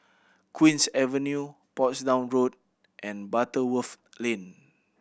Queen's Avenue Portsdown Road and Butterworth Lane